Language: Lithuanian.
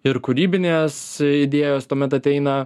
ir kūrybinės idėjos tuomet ateina